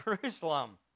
Jerusalem